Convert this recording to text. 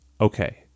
okay